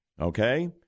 okay